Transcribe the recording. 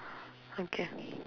okay